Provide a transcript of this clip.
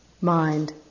mind